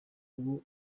abo